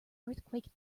earthquake